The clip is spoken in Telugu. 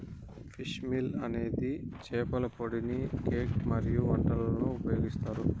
ఫిష్ మీల్ అనేది చేపల పొడిని కేక్ మరియు వంటలలో ఉపయోగిస్తారు